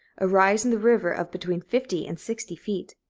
a rise in the river of between fifty and sixty feet.